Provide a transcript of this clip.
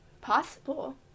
Possible